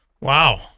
Wow